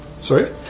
sorry